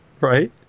Right